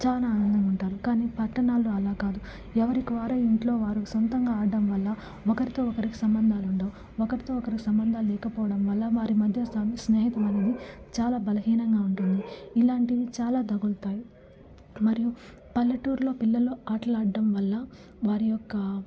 చాలా ఆనందంగా ఉంటారు కాని పట్టణాలలో అలా కాదు ఎవరికి వారే ఇంట్లో వారు సొంతంగా ఆడ్డం వల్ల ఒకరితో ఒకరికి సంబంధాలుండవు ఒకటితో ఒకరి సంబంధాలు లేకపోవడం వల్ల వారి మధ్య సం స్నేహిత్వం అనేది చాలా బలహీనంగా ఉంటుంది ఇలాంటివి చాలా తగులుతాయి మరియు పల్లెటూరులో పిల్లలు ఆటలాడ్డం వల్ల వారి యొక్క